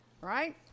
right